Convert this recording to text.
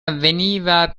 avveniva